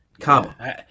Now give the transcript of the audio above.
Comma